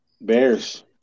Bears